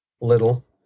little